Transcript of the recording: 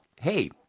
hey